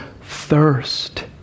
thirst